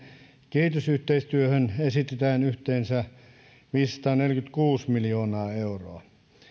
kehitysyhteistyöhön esitetään yhteensä viisisataaneljäkymmentäkuusi miljoonaa euroa